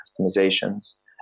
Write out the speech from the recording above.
customizations